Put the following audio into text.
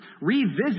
revisit